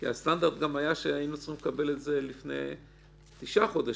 הסטנדרט גם היה שהיינו צריכים לקבל את זה לפני תשעה חודשים.